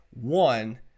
One